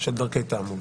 של דרכי תעמולה.